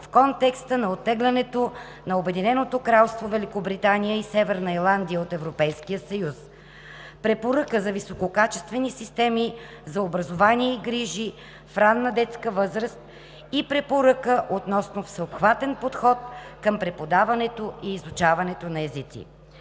в контекста на оттеглянето на Обединеното кралство Великобритания и Северна Ирландия от Европейския съюз, Препоръка за висококачествени системи за образование и грижи в ранна детска възраст и Препоръка относно всеобхватен подход към преподаването и изучаването на езици.